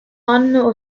anno